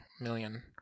million